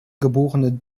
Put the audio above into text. geborene